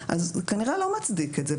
אז זה כנראה לא מצדיק את זה,